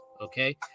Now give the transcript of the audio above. Okay